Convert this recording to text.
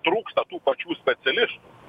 trūksta tų pačių specialistų